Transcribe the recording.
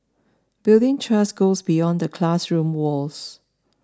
building trust goes beyond the classroom walls